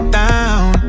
down